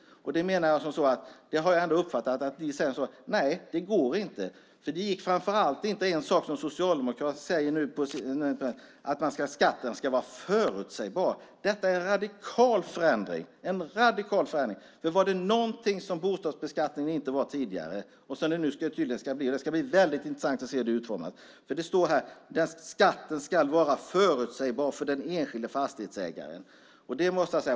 Jag uppfattar att ni säger att det inte går. Socialdemokraterna säger nu att skatten ska vara förutsägbar. Detta är en radikal förändring! "Fastighetsskatten ska vara förutsägbar för den enskilda fastighetsägaren" står det.